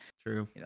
True